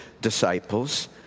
disciples